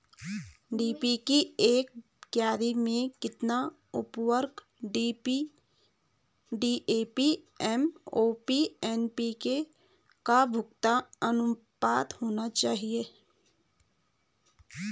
मटर की एक क्यारी में कितना उर्वरक डी.ए.पी एम.ओ.पी एन.पी.के का अनुपात होना चाहिए?